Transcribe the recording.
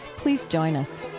please join us